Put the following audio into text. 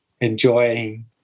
enjoying